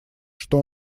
что